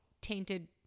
tainted